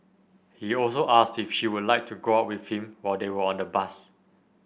he also asked if she would like to go out with him while they were on the bus